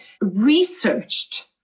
researched